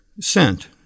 sent